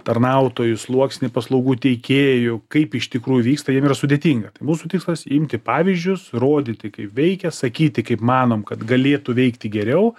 tarnautojų sluoksnį paslaugų teikėjų kaip iš tikrųjų vyksta jiem yra sudėtinga tai mūsų tikslas imti pavyzdžius rodyti kaip veikia sakyti kaip manom kad galėtų veikti geriau